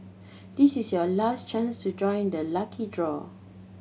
this is your last chance to join the lucky draw